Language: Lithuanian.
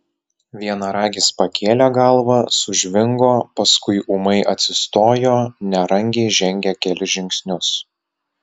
vienaragis pakėlė galvą sužvingo paskui ūmai atsistojo nerangiai žengė kelis žingsnius